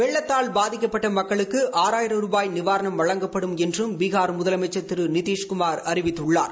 வெள்ளத்தால் பாதிக்கப்பட்ட மக்களுக்கு ஆறாயிரமல் ரூபாய் நிவாரணம் வழங்கப்படும் என்று பீகார் முதலமைச்சர் திரு நிதிஷ்குமார் அறிவித்துள்ளார்